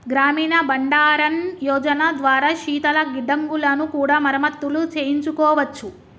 గ్రామీణ బండారన్ యోజన ద్వారా శీతల గిడ్డంగులను కూడా మరమత్తులు చేయించుకోవచ్చు